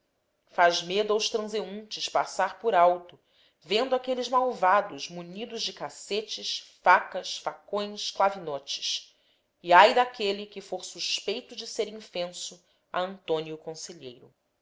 medo aos transeuntes passar por alto vendo aqueles malvados munidos de cacetes facas facões clavinotes e ai daquele que for suspeito de ser infenso a antônio conselheiro